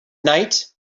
night